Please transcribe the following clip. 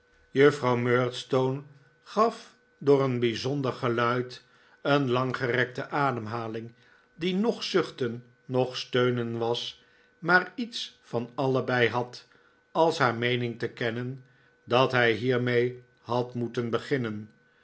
juffrouw murdstone gaf door een bijzonder geluid een langgerekte ademhaling die noch zuchten noch steunen was maar iets van allebei had als haar meening te kennen dat hij hiermee had moeten beginnen